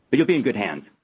but you'll be in good hands.